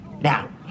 Now